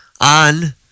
on